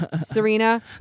Serena